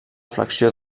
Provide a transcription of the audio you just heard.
flexió